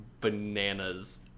bananas